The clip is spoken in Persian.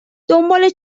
دنبال